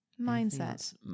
Mindset